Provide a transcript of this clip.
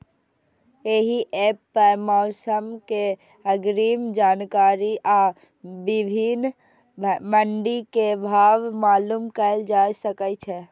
एहि एप पर मौसम के अग्रिम जानकारी आ विभिन्न मंडी के भाव मालूम कैल जा सकै छै